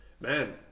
man